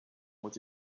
which